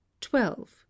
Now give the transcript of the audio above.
Twelve